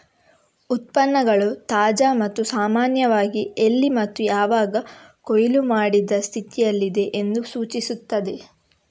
ಉತ್ಪನ್ನಗಳು ತಾಜಾ ಮತ್ತು ಸಾಮಾನ್ಯವಾಗಿ ಎಲ್ಲಿ ಮತ್ತು ಯಾವಾಗ ಕೊಯ್ಲು ಮಾಡಿದ ಸ್ಥಿತಿಯಲ್ಲಿದೆ ಎಂದು ಸೂಚಿಸುತ್ತದೆ